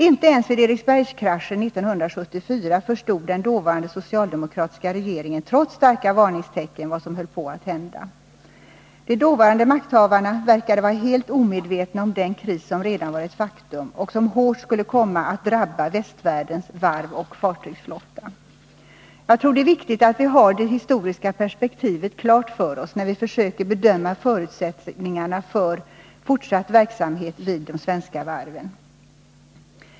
Inte ens vid Eriksbergskraschen 1974 förstod den dåvarande socialdemokratiska regeringen, trots starka varningstecken, vad som höll på att hända. De dåvarande makthavarna verkade helt omedvetna om den kris som redan var ett faktum och som hårt skulle komma att drabba västvärldens varv och fartygsflotta. Jag tror det är viktigt att vi har det historiska perspektivet klart för oss, när vi försöker bedöma förutsättningarna för fortsatt verksamhet vid de svenska varven.